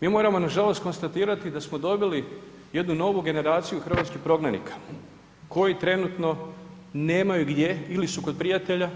Mo moramo na žalost konstatirati da smo dobili jednu novu generaciju hrvatskih prognanika koji trenutno nemaju gdje, ili su kod prijatelja,